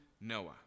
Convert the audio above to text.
Noah